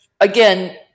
again